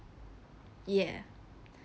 yeah